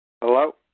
Hello